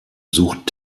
sucht